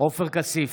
עופר כסיף,